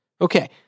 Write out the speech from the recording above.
Okay